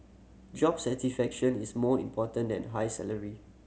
job satisfaction is more important than high salary